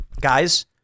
Guys